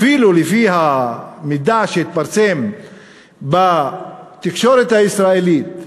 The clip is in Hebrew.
אפילו לפי המידע שהתפרסם בתקשורת הישראלית,